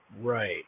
Right